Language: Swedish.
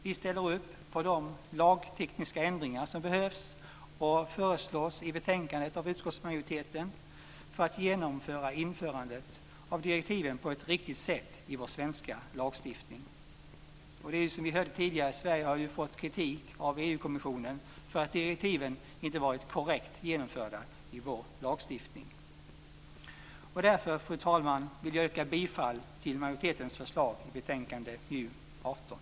Vi ställer upp på de lagtekniska ändringar som behövs och föreslås i betänkandet av utskottsmajoriteten för att genomföra införandet av direktiven på ett riktigt sätt i vår svenska lagstiftning. Som vi hörde tidigare har ju Sverige fått kritik av EU-kommissionen för att direktiven inte varit korrekt genomförda i vår lagstiftning. Fru talman! Jag yrkar bifall till majoritetens förslag i betänkande MJU18.